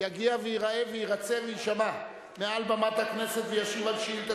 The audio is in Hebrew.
יגיע וייראה ויירצה ויישמע מעל במת הכנסת וישיב על שאילתא